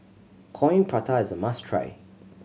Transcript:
Coin Prata is a must try